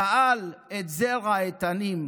גאל את זרע איתנים,